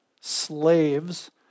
slaves